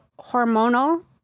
hormonal